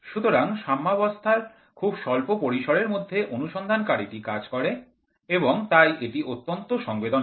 সুতরাং সাম্যবস্থার খুব স্বল্প পরিসরের মধ্যে অনুসন্ধানকারী টি কাজ করে এবং তাই এটি অত্যন্ত সংবেদনশীল